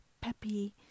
peppy